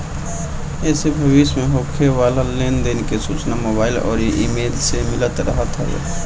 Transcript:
एसे भविष्य में होखे वाला लेन देन के सूचना मोबाईल अउरी इमेल से मिलत रहत हवे